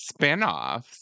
spinoffs